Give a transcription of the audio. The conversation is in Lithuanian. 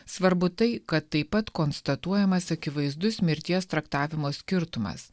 svarbu tai kad taip pat konstatuojamas akivaizdus mirties traktavimo skirtumas